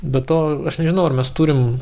be to aš nežinau ar mes turim